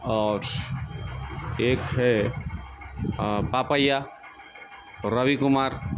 اور ایک ہے پا پیا روی کمار